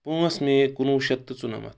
پانٛژھ مے کُنوُہ شیٚتھ تہٕ ژُنَمَتھ